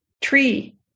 tree